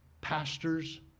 Pastors